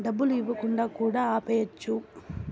డబ్బులు ఇవ్వకుండా కూడా ఆపేయచ్చు